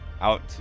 out